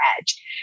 edge